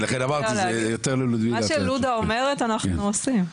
מה שלודה אומרת אנחנו עושים.